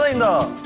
ah no,